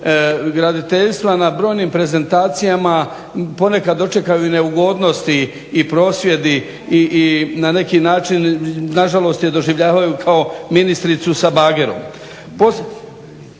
graditeljstva na brojnim prezentacijama ponekada dočekaju i neugodnosti i prosvjedi i na neki način nažalost je doživljavaju kao ministricu sa bagerom.